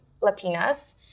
Latinas